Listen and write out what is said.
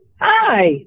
hi